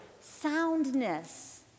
Soundness